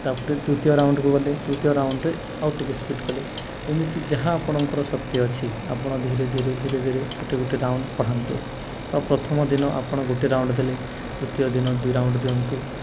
ତାପରେ ଦ୍ୱିତୀୟ ରାଉଣ୍ଡକୁ ଗଲେ ତୃତୀୟ ରାଉଣ୍ଡରେ ଆଉ ଟିକେ ସ୍ପିଡ୍ କଲେ ଏମିତି ଯାହା ଆପଣଙ୍କର ଶକ୍ତି ଅଛି ଆପଣ ଧୀରେ ଧୀରେ ଧୀରେ ଧୀରେ ଗୋଟେ ଗୋଟେ ରାଉଣ୍ଡ ବଢ଼ାନ୍ତୁ ବା ପ୍ରଥମ ଦିନ ଆପଣ ଗୋଟେ ରାଉଣ୍ଡ ଦେଲେ ଦ୍ୱତୀୟ ଦିନ ଦୁଇ ରାଉଣ୍ଡ ଦିଅନ୍ତୁ